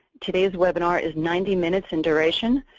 today's webinar is ninety minutes in duration,